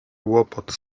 łopot